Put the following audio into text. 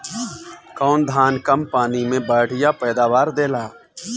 कौन धान कम पानी में बढ़या पैदावार देला?